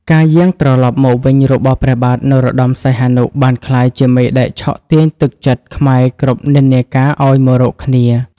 ការយាងត្រឡប់មកវិញរបស់ព្រះបាទ នរោត្តម សីហនុ បានក្លាយជាមេដែកឆក់ទាញទឹកចិត្តខ្មែរគ្រប់និន្នាការឱ្យមករកគ្នា។